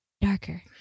darker